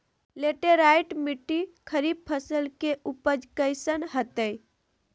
Laterite मिट्टी खरीफ फसल के उपज कईसन हतय?